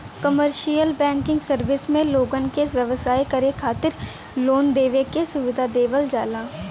commercial banking service में लोगन के व्यवसाय करे खातिर लोन देवे के सुविधा देवल जाला